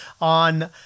on